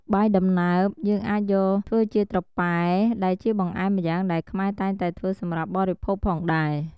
បាយដំណើបយើងអាចយកធ្វើជាត្រប៉ែ ដែលជាបង្អែមម្យ៉ាងដែលខ្មែរតែងតែធ្វើសម្រាប់បរិភោគផងដែរ។